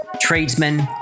tradesmen